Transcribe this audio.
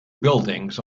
buildings